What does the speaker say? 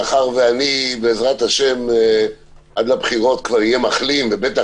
מאחר ואני עד הבחירות כבר אחלים ובטח